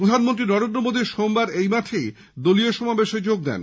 প্রধানমন্ত্রী নরেন্দ্র মোদী সোমবার এই মাঠেই দলীয় সমাবেশে যোগ দেন